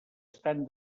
estan